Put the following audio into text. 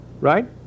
right